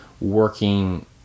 working